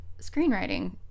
screenwriting